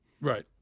Right